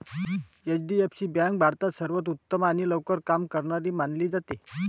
HDFC bank भारतात सर्वांत उत्तम आणि लवकर काम करणारी मानली जाते